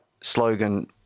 slogan